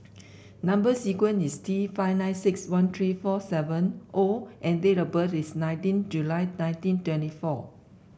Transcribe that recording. number sequence is T five nine six one three four seven O and date of birth is nineteen July nineteen twenty four